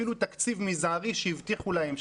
אפילו התקציב המזערי שהבטיחו להם,